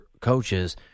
coaches